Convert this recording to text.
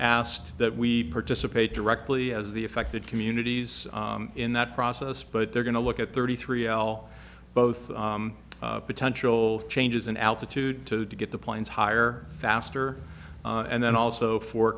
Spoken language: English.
asked that we participate directly as the affected communities in that process but they're going to look at thirty three l both potential changes in altitude to get the planes higher faster and then also for